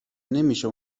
نمیشه